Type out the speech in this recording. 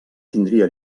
tindria